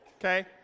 Okay